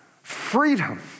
freedom